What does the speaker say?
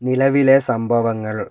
നിലവിലെ സംഭവങ്ങൾ